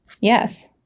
Yes